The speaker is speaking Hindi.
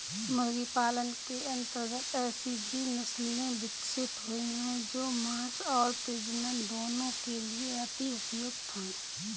मुर्गी पालन के अंतर्गत ऐसी भी नसले विकसित हुई हैं जो मांस और प्रजनन दोनों के लिए अति उपयुक्त हैं